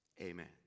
Amen